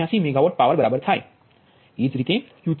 386 megawatt power બરાબર થાય